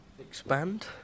Expand